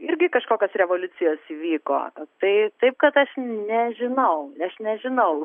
irgi kažkokios revoliucijos įvyko na tai taip kad aš nežinau aš nežinau